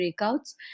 breakouts